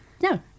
No